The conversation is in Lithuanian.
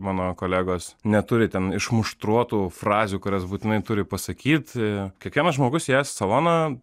mano kolegos neturi ten išmuštruotų frazių kurias būtinai turi pasakyti kiekvienas žmogus įėjęs į saloną